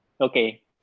Okay